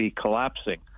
collapsing